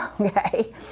Okay